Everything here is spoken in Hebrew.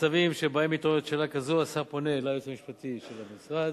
במצבים שבהם מתעוררת שאלה כזאת השר פונה ליועץ המשפטי של המשרד.